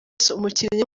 umukinnyi